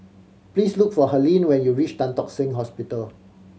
please look for Helene when you reach Tan Tock Seng Hospital